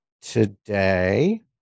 Today